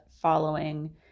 following